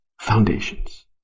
foundations